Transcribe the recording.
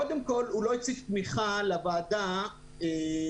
קודם כל, הוא לא הציג תמיכה לוועדה שהייתה.